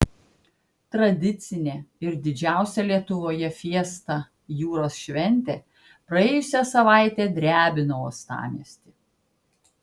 tradicinė ir didžiausia lietuvoje fiesta jūros šventė praėjusią savaitę drebino uostamiestį